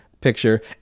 picture